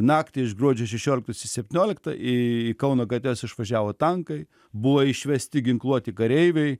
naktį iš gruodžio šešioliktos į septynioliktą į kauno gatves išvažiavo tankai buvo išvesti ginkluoti kareiviai